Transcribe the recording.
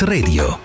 Radio